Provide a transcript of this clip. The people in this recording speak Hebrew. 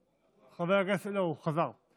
לא, הוא חזר.